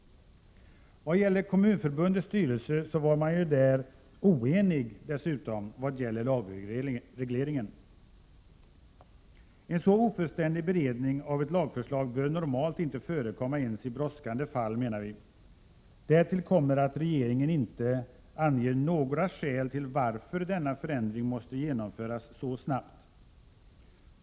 Kommunförbundets styrelse var dessutom oenig i fråga om lagregleringen. En så ofullständig beredning av ett lagförslag bör normalt inte förekomma ens i brådskande fall. Därtill kommer att regeringen inte anger några skäl till att denna förändring måste genomföras så snabbt.